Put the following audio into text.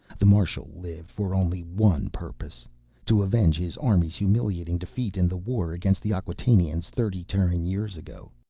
the marshal lived for only one purpose to avenge his army's humiliating defeat in the war against the acquatainians, thirty terran years ago.